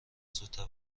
زودتر